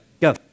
Go